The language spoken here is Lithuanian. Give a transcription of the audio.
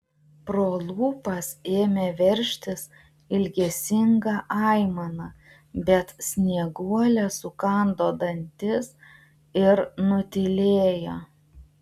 pro lūpas ėmė veržtis ilgesinga aimana bet snieguolė sukando dantis ir nutylėjo